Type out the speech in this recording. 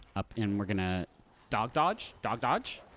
up and we're gonna dog-dodge. dog-dodge.